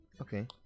Okay